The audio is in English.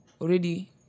already